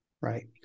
Right